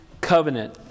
covenant